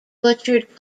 butchered